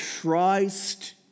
Christ